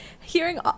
hearing